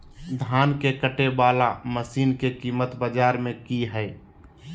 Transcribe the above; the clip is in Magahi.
धान के कटे बाला मसीन के कीमत बाजार में की हाय?